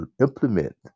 implement